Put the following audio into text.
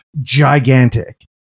gigantic